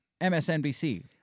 MSNBC